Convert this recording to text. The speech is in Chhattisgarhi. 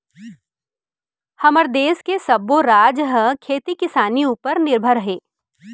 हमर देस के सब्बो राज ह खेती किसानी उपर निरभर हे